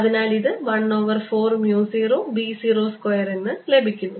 അതിനാൽ ഇത് 1 over 4 mu 0 B 0 square എന്ന് ലഭിക്കുന്നു